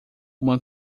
uma